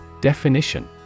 Definition